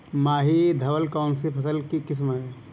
माही धवल कौनसी फसल की किस्म है?